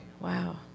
Wow